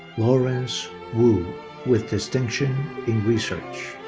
lawrence wu with distinction in research.